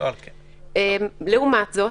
לעומת זאת,